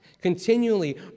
continually